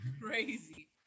crazy